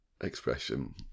expression